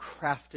crafted